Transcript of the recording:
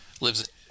lives